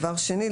דבר שני,